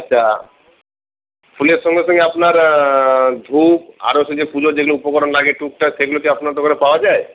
আচ্ছা ফুলের সঙ্গে সঙ্গে আপনার ধুপ আরও সে যে পুজোর যেগুলো উপকরণ লাগে টুকটাক সেগুলো কি আপনার দোকানে পাওয়া যায়